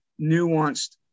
nuanced